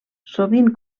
sovint